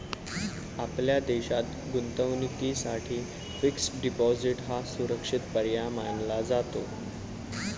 आपल्या देशात गुंतवणुकीसाठी फिक्स्ड डिपॉजिट हा सुरक्षित पर्याय मानला जातो